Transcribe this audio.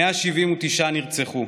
179 נרצחו,